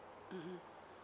mmhmm